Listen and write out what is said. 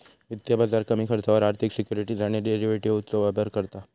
वित्तीय बाजार कमी खर्चावर आर्थिक सिक्युरिटीज आणि डेरिव्हेटिवजचो व्यापार करता